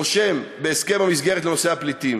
רושם בהסכם המסגרת בנושא הפליטים: